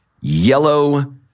yellow